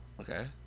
Okay